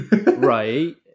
Right